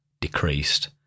decreased